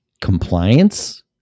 Compliance